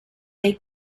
dei